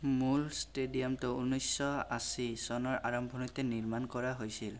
মূল ষ্টেডিয়ামটো ঊনৈছশ আশী চনৰ আৰম্ভণিতে নিৰ্মাণ কৰা হৈছিল